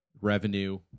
revenue